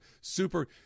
super